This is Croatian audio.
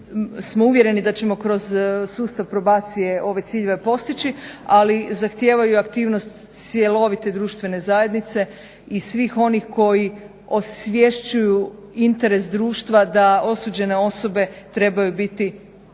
smo uvjereni da ćemo kroz sustav probacije ove ciljeve postići, ali zahtijevaju i aktivnost cjelovite društvene zajednice i svih onih koji osvješćuju interes društva da osuđene osobe trebaju biti